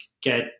get